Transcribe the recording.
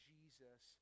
Jesus